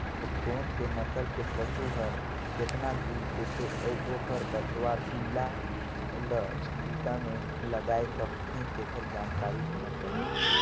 कोन से नसल के पसु हर केतना दूद देथे अउ ओखर बछवा पिला ल बूता में लगाय सकथें, तेखर जानकारी होना चाही